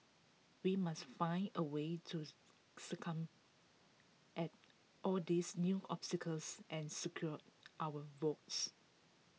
we must find A way to at all these new obstacles and secure our votes